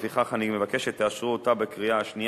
ולפיכך אני מבקש שתאשרו אותה בקריאה השנייה